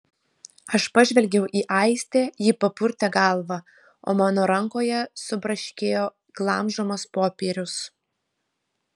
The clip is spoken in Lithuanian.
aš pažvelgiau į aistę ji papurtė galvą o mano rankoje subraškėjo glamžomas popierius